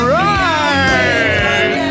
right